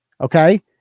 Okay